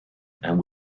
and